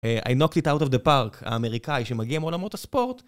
I knocked it out of the park, האמריקאי שמגיע עם עולמות הספורט.